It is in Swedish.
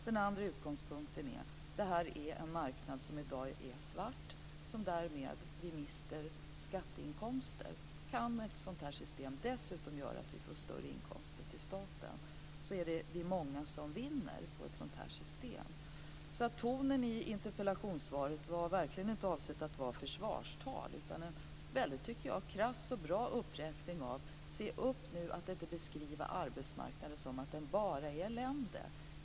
Den andra utgångspunkten är att det här är en marknad som i dag är svart och som gör att vi därmed mister skatteinkomster. Kan ett sådant system göra att vi dessutom får större inkomster till staten är vi många som vinner på det. Tonen i interpellationssvaret var verkligen inte avsedd att vara ett försvarstal utan en väldigt krass och bra uppräkning: Se upp nu att inte beskriva arbetsmarknaden som att det bara är elände.